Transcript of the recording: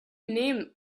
name